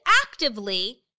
actively